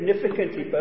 significantly